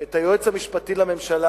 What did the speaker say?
את היועץ המשפטי לממשלה,